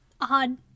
odd